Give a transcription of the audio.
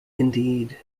indeed